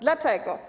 Dlaczego?